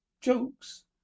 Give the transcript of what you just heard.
jokes